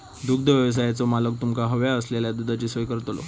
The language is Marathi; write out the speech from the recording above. दुग्धव्यवसायाचो मालक तुमका हव्या असलेल्या दुधाची सोय करतलो